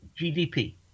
GDP